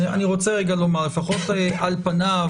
לפחות על פניו